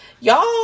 y'all